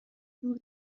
جور